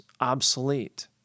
obsolete